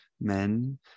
men